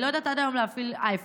היא לא יודעת עד היום להפעיל אייפון,